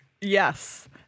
Yes